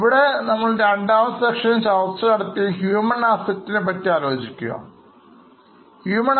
ആദ്യത്തെ സെഷനിൽ Human Assets പറ്റി ചർച്ച നടത്തിയിരുന്നു